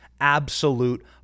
absolute